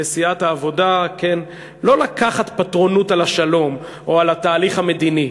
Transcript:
לסיעת העבודה לא לקחת פטרונות על השלום או על התהליך המדיני.